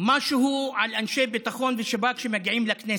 משהו על אנשי ביטחון ושב"כ שמגיעים לכנסת.